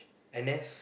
N_S